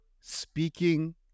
speaking